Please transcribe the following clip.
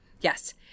Yes